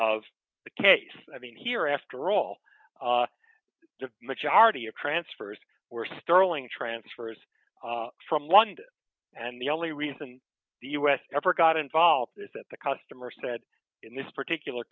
of the case i mean here after all the majority of transfers were sterling transfers from london and the only reason the us ever got involved is that the customer said in this particular